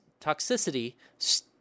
toxicity